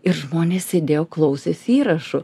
ir žmonės sėdėjo klausėsi įrašų